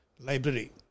library